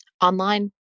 Online